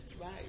right